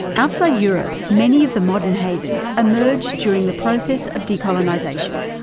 outside europe, many of the modern havens emerged during the process of decolonisation.